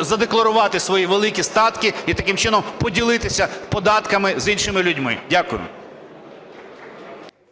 задекларувати свої великі статки, і таким чином поділитися податками з іншими людьми. Дякую.